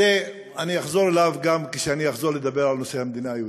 אני אחזור אליו גם כשאני אחזור לדבר על נושא המדינה היהודית,